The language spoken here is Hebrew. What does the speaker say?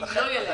כי לא יהיה להם?